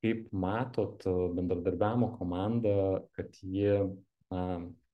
kaip matot bendradarbiavimo komanda kad ji na